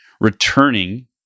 returning